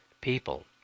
People